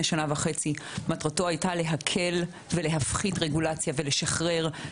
שנה וחצי מטרתו הייתה להקל ולהפחית רגולציה ולשחרר.